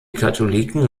katholiken